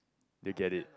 they get it